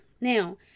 Now